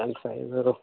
దాని సైజ్